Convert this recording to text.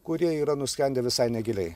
kurie yra nuskendę visai negiliai